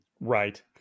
Right